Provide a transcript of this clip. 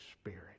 spirit